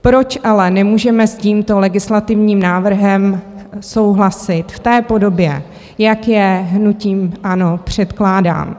Proč ale nemůžeme s tímto legislativním návrhem souhlasit v podobě, jak je hnutím ANO předkládán.